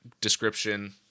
description